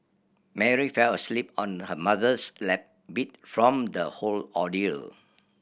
Mary fell asleep on her mother's lap beat from the whole ordeal